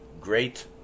great